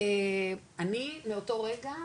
אני מאותו רגע,